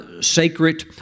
sacred